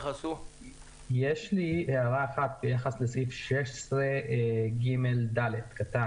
יש לי הערה אחת לגבי סעיף קטן 16ג(ד).